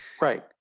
Right